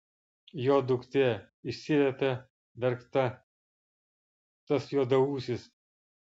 jo duktė išsiviepė verkta tas juodaūsis